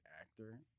actor